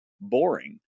boring